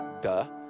duh